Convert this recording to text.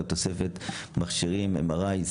תוספת מכשירים MRI,